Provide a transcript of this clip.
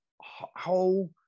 whole